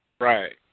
Right